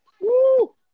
woo